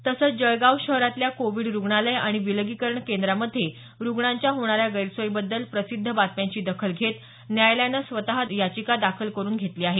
तसेच जळगाव शहरातील कोविड रुग्णालय आणि विलगीकरण केंद्रांमध्ये रुग्णांच्या होणाऱ्या गैरसोयीबद्दल प्रसिध्द बातम्यांची दखल घेत न्यायालयानं स्वतः याचिका दाखल करून घेतली आहे